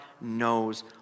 knows